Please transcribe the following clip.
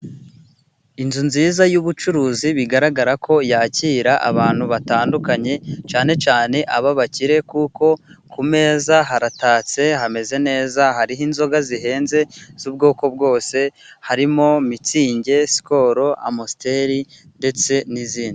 Inzu nziza y'ubucuruzi bigaragara ko yakira abantu batandukanye, cyane cyane ab'abakire kuko ku meza haratatse hameze neza hariho inzoga zihenze z'ubwoko bwose harimo: mitsingi sikoru amusiteri ndetse n'izindi.